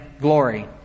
glory